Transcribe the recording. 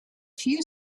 few